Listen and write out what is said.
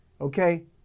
okay